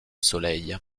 soleil